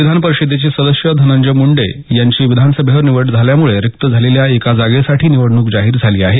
विधान परिषदेचे सदस्य धनंजय मुंडे यांची विधानसभेवर निवड झाल्यामुळे रिक्त झालेल्या एका जागेसाठी निवडणूक जाहीर झाली आहे